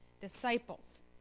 disciples